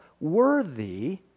worthy